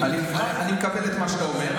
אני מקבל את מה שאתה אומר,